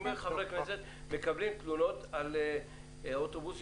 חברי הכנסת מקבלים תלונות על אוטובוסים